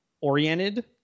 oriented